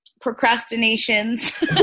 procrastinations